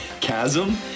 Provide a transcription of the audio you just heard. chasm